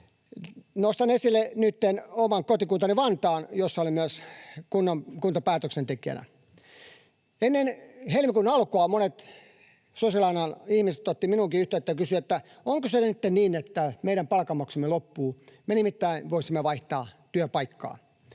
Nostan esille nyt oman kotikuntani Vantaan, jossa olen myös kuntapäätöksentekijänä. Ennen helmikuun alkua monet sosiaalialan ihmiset ottivat minuunkin yhteyttä ja kysyivät, että ”onko se nytten niin, että meidän palkanmaksumme loppuu, me nimittäin voisimme vaihtaa työpaikkaa